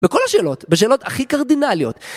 בכל השאלות, בשאלות הכי קרדינליות.